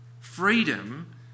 Freedom